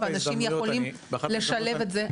ואנשים יכולים לשלב את זה.